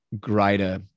greater